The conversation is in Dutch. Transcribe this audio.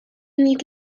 niet